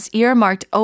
earmarked